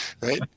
right